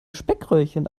speckröllchen